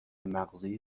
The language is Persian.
مغزی